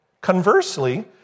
Conversely